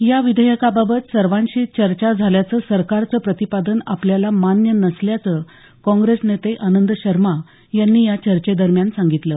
या विधेयकाबाबत सर्वांशी चर्चा झाल्याचं सरकारचं प्रतिपादन आपल्याला मान्य नसल्याचं काँग्रेस नेते आनंद शर्मा यांनी या चर्चेदरम्यान सांगितलं